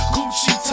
Gucci